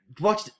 Watch